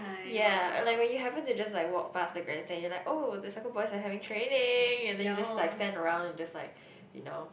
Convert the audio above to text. ya like when you happen to just like walk past the grandstand you're like oh the soccer boys are having training and then you just like stand around and just like you know